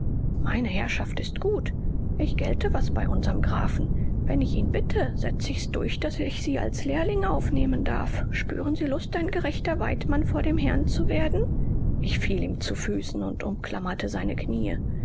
meine herrschaft ist gut ich gelte was bei unserm grafen wenn ich ihn bitte setz ich's durch daß ich sie als lehrling aufnehmen darf spüren sie lust ein gerechter waidmann vor dem herrn zu werden ich fiel ihm zu füssen und umklammerte seine kniee